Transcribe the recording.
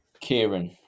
Kieran